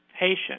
patient